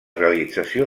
realització